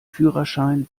führerschein